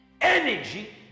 Energy